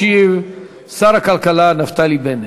ישיב שר הכלכלה נפתלי בנט.